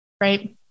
right